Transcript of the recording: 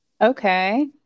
Okay